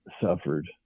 suffered